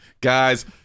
Guys